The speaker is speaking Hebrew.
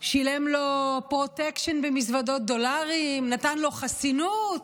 שילם לו פרוטקשן במזוודות דולרים, נתן לו חסינות,